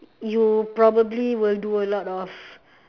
you probably will do a lot of